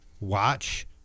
watch